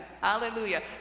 Hallelujah